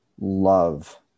love